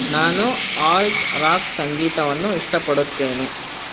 ನಾನು alt rock ಸಂಗೀತವನ್ನು ಇಷ್ಟಪಡುತ್ತೇನೆ